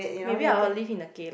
maybe I will live in a kel~